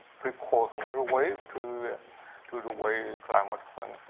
precautionary way to to the way climate